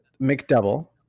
McDouble